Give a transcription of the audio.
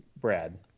Brad